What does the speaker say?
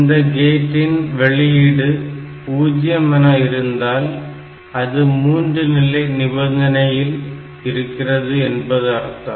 இந்த கேட்டின் வெளியீடு 0 என இருந்தால் அது 3 நிலை நிபந்தனையில் இருக்கிறது என்பது அர்த்தம்